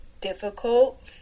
difficult